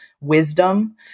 wisdom